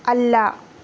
അല്ല